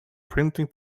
printing